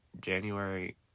January